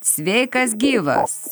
sveikas gyvas